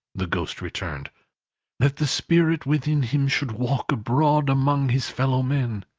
the ghost returned, that the spirit within him should walk abroad among his fellowmen,